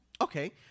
okay